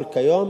אבל כיום